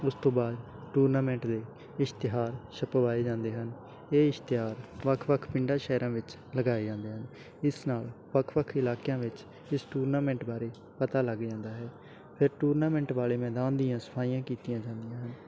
ਉਸ ਤੋਂ ਬਾਅਦ ਟੂਰਨਾਮੈਂਟ ਦੇ ਇਸ਼ਤਿਹਾਰ ਛਪਵਾਏ ਜਾਂਦੇ ਹਨ ਇਹ ਇਸ਼ਤਿਹਾਰ ਵੱਖ ਵੱਖ ਪਿੰਡਾਂ ਸ਼ਹਿਰਾਂ ਵਿੱਚ ਲਗਾਏ ਜਾਂਦੇ ਹਨ ਇਸ ਨਾਲ ਵੱਖ ਵੱਖ ਇਲਾਕਿਆਂ ਵਿੱਚ ਇਸ ਟੂਰਨਾਮੈਂਟ ਬਾਰੇ ਪਤਾ ਲੱਗ ਜਾਂਦਾ ਹੈ ਫਿਰ ਟੂਰਨਾਮੈਂਟ ਵਾਲੇ ਮੈਦਾਨ ਦੀਆਂ ਸਫਾਈਆਂ ਕੀਤੀਆਂ ਹਨ